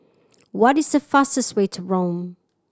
what is the fastest way to Rome